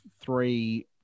three